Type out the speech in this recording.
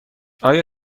آیا